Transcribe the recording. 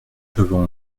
peuvent